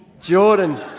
Jordan